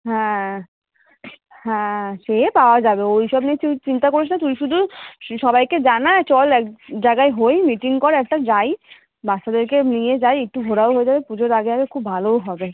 হ্যাঁ হ্যাঁ সে পাওয়া যাবে ওই সব নিয়ে তুই চিন্তা করিস না তুই শুধু সবাইকে জানা চল এক জায়গায় হই মিটিং কর একটা যাই বাচ্চাদেরকে নিয়ে যাই একটু ঘোরাও হয়ে যাবে পুজোর আগে আগে খুব ভালোও হবে